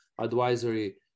advisory